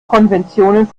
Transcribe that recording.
konvention